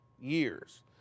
years